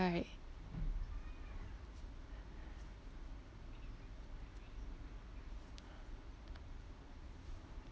why